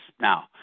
Now